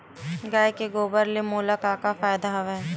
गाय के गोबर ले मोला का का फ़ायदा हवय?